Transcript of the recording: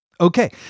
Okay